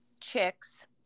chicks